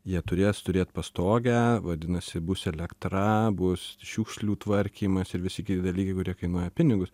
jie turės turėt pastogę vadinasi bus elektra bus šiukšlių tvarkymas ir visi kiti dalykai kurie kainuoja pinigus